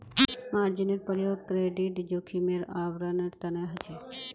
मार्जिनेर प्रयोग क्रेडिट जोखिमेर आवरण तने ह छे